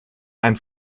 ein